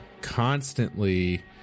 constantly